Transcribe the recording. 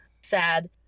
sad